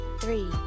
three